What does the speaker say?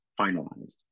finalized